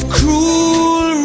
cruel